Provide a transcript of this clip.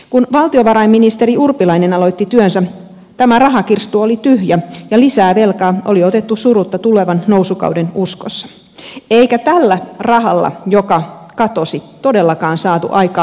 kun valtiovarainministeri urpilainen aloitti työnsä tämä rahakirstu oli tyhjä ja lisää velkaa oli otettu surutta tulevan nousukauden uskossa eikä tällä rahalla joka katosi todellakaan saatu aikaan vanhuspalvelulakia